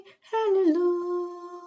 hallelujah